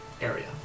area